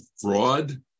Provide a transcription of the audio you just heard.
fraud